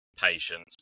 patience